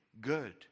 good